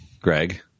Greg